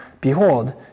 behold